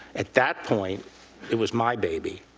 at that point it was my baby,